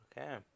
Okay